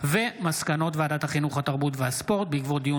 על מסקנות ועדת הבריאות בעקבות דיון